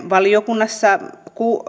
valiokunnassa